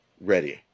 ready